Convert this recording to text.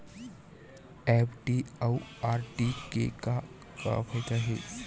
FD अउ RD के का फायदा हे?